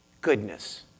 goodness